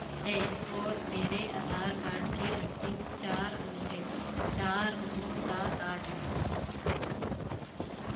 है और मेरे आधार कार्ड के अंतिम चार अंक है चार नौ सात आठ है